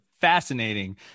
fascinating